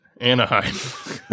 Anaheim